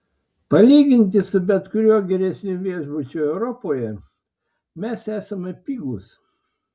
palyginti su bet kuriuo geresniu viešbučiu europoje mes esame pigūs